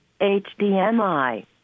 HDMI